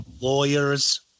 lawyers